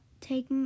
take